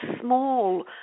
small